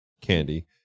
candy